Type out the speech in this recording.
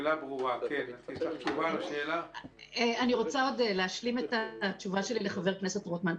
אני רוצה להשלים את התשובה שלי לחבר הכנסת רוטמן.